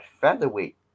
featherweight